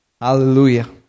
Hallelujah